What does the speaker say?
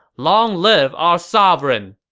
long live our sovereign!